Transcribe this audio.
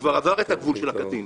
שכבר עבר את גיל הקטין.